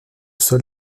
sol